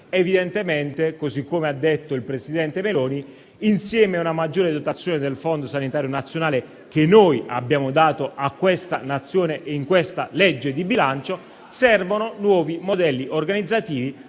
evidentemente, così come ha detto il presidente Meloni - insieme a una maggiore dotazione del Fondo sanitario nazionale che abbiamo dato alla Nazione con questa legge di bilancio, servono nuovi modelli organizzativi